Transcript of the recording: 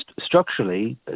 structurally